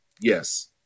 Yes